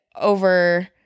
over